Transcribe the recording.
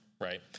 right